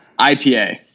IPA